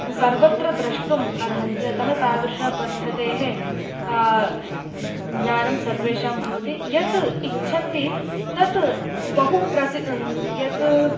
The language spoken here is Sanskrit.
सर्वत्र द्रष्टुम् अर्हन्ति अतः तादृशपद्धतेः ज्ञानं सर्वेषां भवति यत् इच्छन्ति तत् बहु प्रसि यत्